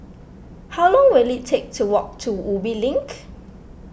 how long will it take to walk to Ubi Link